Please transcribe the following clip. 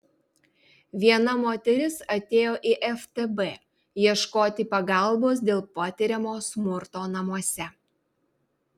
viena moteris atėjo į ftb ieškoti pagalbos dėl patiriamo smurto namuose